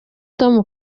tom